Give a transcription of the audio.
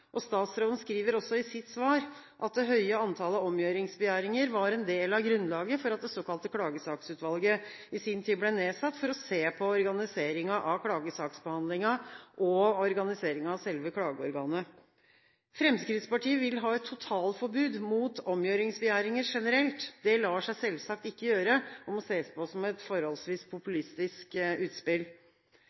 av. Statsråden skriver også i sitt svar at det høye antallet omgjøringsbegjæringer var en del av grunnlaget for at det såkalte klagesaksutvalget i sin tid ble nedsatt for å se på organiseringen av klagesaksbehandlingen og organiseringen av selve klageorganet. Fremskrittspartiet vil ha et totalforbud mot omgjøringsbegjæringer generelt. Det lar seg selvsagt ikke gjøre og må ses på som et forholdsvis populistisk utspill.